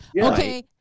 Okay